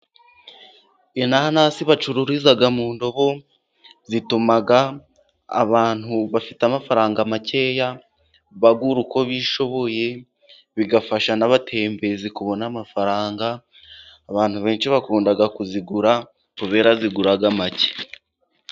Inanasi bacururiza mu ndobo, zituma abantu bafite amafaranga makeya bagura uko bishoboye, bigafasha n'abatembezi kubona amafaranga, abantu benshi bakunda kuzigura kubera zigura make.